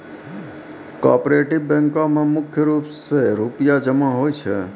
cooperative बैंको म मुख्य रूप से रूपया जमा होय छै